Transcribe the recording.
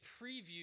preview